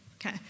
Okay